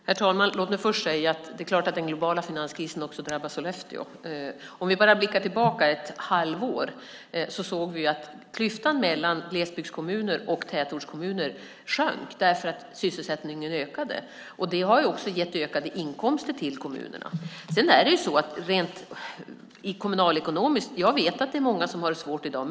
Herr talman! Låt mig först säga att det är klart att den globala finanskrisen också drabbar Sollefteå. Om vi bara blickar tillbaka ett halvår ser vi att klyftan mellan glesbygdskommuner och tätortskommuner då minskade därför att sysselsättningen ökade. Det har också gett ökade inkomster till kommunerna. Jag vet att det är många kommuner som har det svårt ekonomiskt i dag.